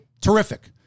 terrific